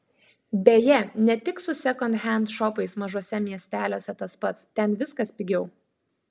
beje ne tik su sekondhend šopais mažuose miesteliuose tas pats ten viskas pigiau